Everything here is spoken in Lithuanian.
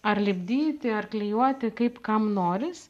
ar lipdyti ar klijuoti kaip kam noris